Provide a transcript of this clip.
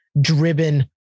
driven